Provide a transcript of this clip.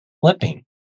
flipping